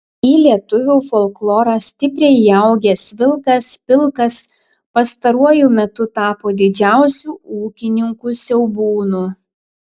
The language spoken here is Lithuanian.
į lietuvių folklorą stipriai įaugęs vilkas pilkas pastaruoju metu tapo didžiausiu ūkininkų siaubūnu